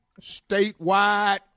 Statewide